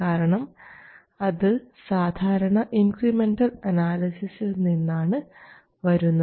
കാരണം അത് സാധാരണ ഇൻക്രിമെൻറൽ അനാലിസിസിൽ നിന്നാണ് വരുന്നത്